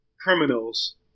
criminals